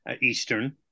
Eastern